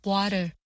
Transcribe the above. Water